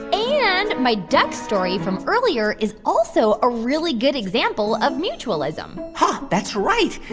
and my duck story from earlier is also a really good example of mutualism huh. that's right.